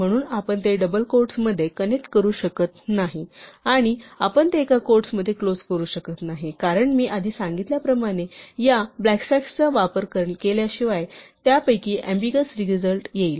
म्हणून आपण ते डबल क्वोट्स मध्ये कनेक्ट करू शकत नाही आणि आपण ते एका क्वोट्समध्ये क्लोज करू शकत नाही कारण मी आधी सांगितल्याप्रमाणे या बॅकस्लॅशचा वापर केल्याशिवाय त्यापैकी अम्बीगस रिझल्ट येईल